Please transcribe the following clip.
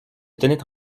tenaient